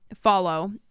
follow